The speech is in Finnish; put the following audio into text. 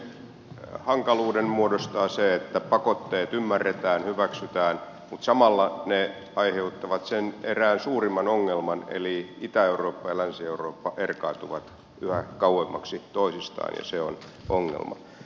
hankaluuden muodostaa se että pakotteet ymmärretään hyväksytään mutta samalla ne aiheuttavat sen erään suurimman ongelman eli itä eurooppa ja länsi eurooppa erkaantuvat yhä kauemmaksi toisistaan ja se on ongelma